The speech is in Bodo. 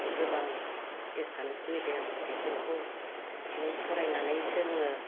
गोबां एसामिस मेडियाम बेफोरखौ माने फरायनानै जोङो